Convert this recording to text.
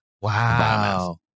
Wow